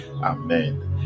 Amen